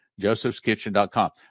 Josephskitchen.com